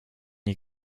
you